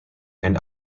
and